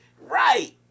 Right